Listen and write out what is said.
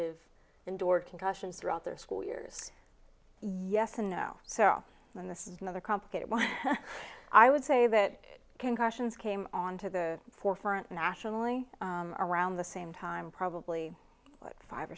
of indoor concussions throughout their school years yes and no so then this is another complicated one i would say that concussions came on to the forefront nationally around the same time probably five